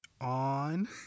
On